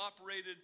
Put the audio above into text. operated